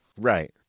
Right